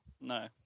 No